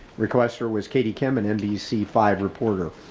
requester was katie kim an nbc five reporter